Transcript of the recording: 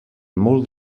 molt